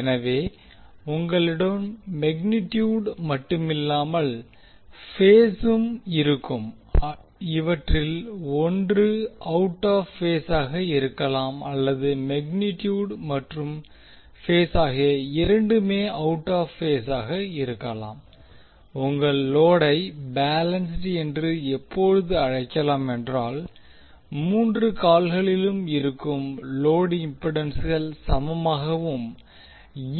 எனவே உங்களிடம் மெக்னீடியூட் மட்டுமில்லாமல் பேஸ் ம் இருக்கும் இவற்றில் ஒன்று அவுட் ஆப் பேஸ் ஆக இருக்கலாம் அல்லது மெக்னீடியூட் மற்றும் பேஸ் ஆகிய இரண்டுமே அவுட் ஆப் பேஸ் ஆக இருக்கலாம் உங்கள் லோடை பேலன்ஸ்ட் என்று எப்போது அழைக்கலாம் என்றால் மூன்று கால்களிலும் இருக்கும் லோடு இம்மிடன்ஸ்கள் சமமாகவும்